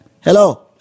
Hello